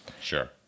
Sure